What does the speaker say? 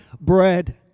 bread